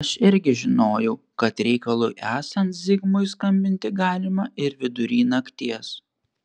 aš irgi žinojau kad reikalui esant zigmui skambinti galima ir vidury nakties